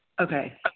Okay